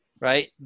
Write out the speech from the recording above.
right